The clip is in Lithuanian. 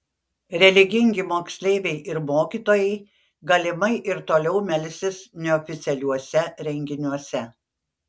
religingi moksleiviai ir mokytojai galimai ir toliau melsis neoficialiuose renginiuose